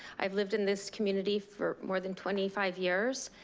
i've lived in this community for more than twenty five years.